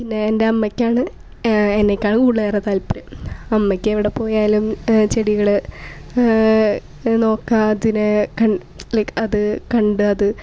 പിന്നെ എൻ്റെ അമ്മയ്ക്കാണ് എന്നെക്കാളും കൂടുതലേറെ താല്പര്യം അമ്മയ്ക്ക് എവിടെ പോയാലും ചെടികള് നോക്കുക അതിനെ കണ്ട് ലൈക്ക് അത് കണ്ട് അത്